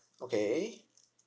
okay